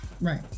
Right